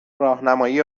راهنمایی